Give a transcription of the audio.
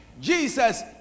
jesus